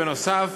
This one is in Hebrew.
נוסף